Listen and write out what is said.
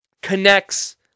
connects